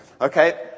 Okay